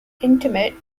intimate